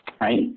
right